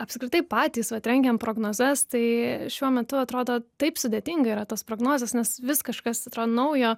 apskritai patys vat rengiam prognozes tai šiuo metu atrodo taip sudėtinga yra tos prognozės nes vis kažkas atrodo naujo